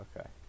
Okay